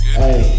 hey